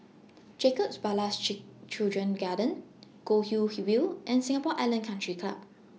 Jacob Ballas Children's Garden Goldhill View and Singapore Island Country Club